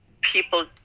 people